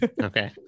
okay